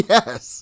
Yes